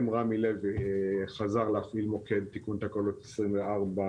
רמי לוי חזר להפעיל מוקד תיקון תקלות 24/7,